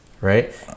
right